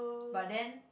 but then